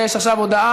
אני מזכיר,